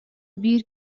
биир